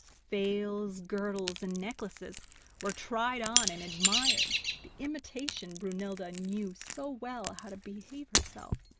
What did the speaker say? veils, girdles, and necklaces were tried on and admired, the imitation brunhilda knew so well how to behave herself,